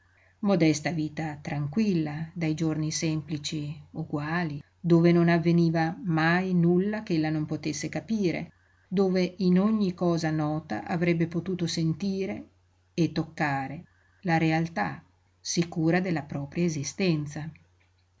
modesta vita tranquilla dai giorni semplici uguali dove non avveniva mai nulla ch'ella non potesse capire dove in ogni cosa nota avrebbe potuto sentire e toccare la realtà sicura della propria esistenza